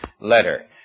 letter